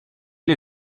les